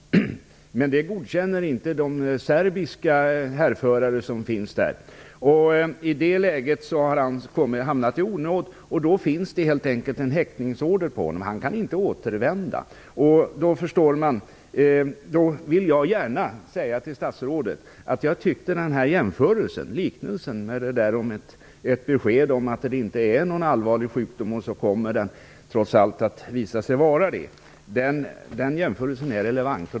Men det godkänner inte de serbiska härförare som finns där. I det läget har han hamnat i onåd. Det finns helt enkelt en häktningsorder på honom. Han kan inte återvända. Jag vill gärna säga till statsrådet att jag tyckte att liknelsen med beskedet att det inte är någon allvarlig sjukdom och att det trots allt kommer att visa sig vara det är relevant.